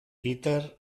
peter